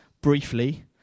briefly